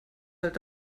halt